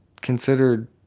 considered